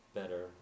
better